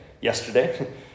yesterday